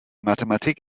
mathematik